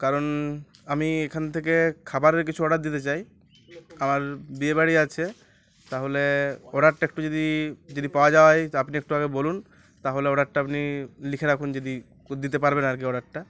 কারণ আমি এখান থেকে খাবারের কিছু অর্ডার দিতে চাই আমার বিয়েবাড়ি আছে তাহলে অর্ডারটা একটু যদি যদি পাওয়া যা হয় আপনি একটু আগে বলুন তাহলে অর্ডারটা আপনি লিখে রাখুন যদি দিতে পারবেন আর কি অর্ডারটা